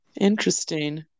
Interesting